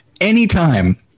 anytime